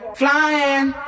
flying